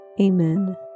Amen